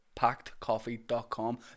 Packedcoffee.com